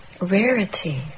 rarity